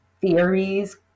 theories